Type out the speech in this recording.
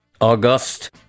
august